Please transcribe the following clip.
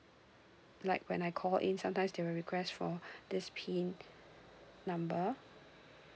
like when I call in sometimes they will request for this PIN number